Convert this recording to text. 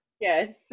Yes